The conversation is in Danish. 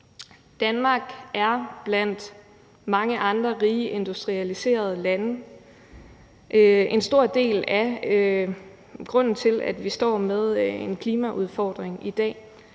Danmark er blandt mange andre rige industrialiserede lande en stor del af grunden til, at vi står med en klimaudfordring i dag,